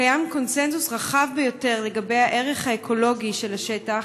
קיים קונסנזוס רחב ביותר לגבי הערך האקולוגי של השטח,